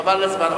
חבל על הזמן.